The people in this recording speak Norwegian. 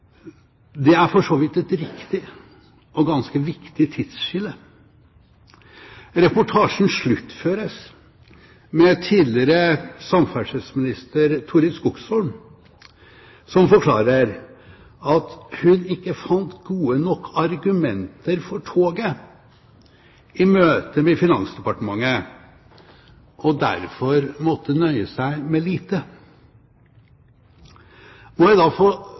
Det er for så vidt et riktig og ganske viktig tidsskille. Reportasjen sluttføres med tidligere samferdselsminister Torild Skogsholm, som forklarer at hun ikke fant gode nok argumenter for toget i møte med Finansdepartementet, og derfor måtte nøye seg med lite. Må jeg da